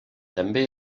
també